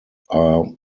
are